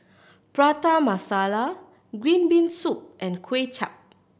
Prata Masala green bean soup and Kuay Chap